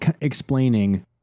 explaining